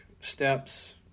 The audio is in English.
steps